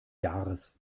jahres